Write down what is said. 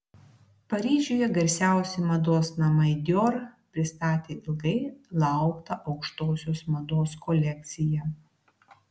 paryžiuje garsiausi mados namai dior pristatė ilgai lauktą aukštosios mados kolekciją